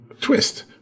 twist